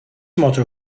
motor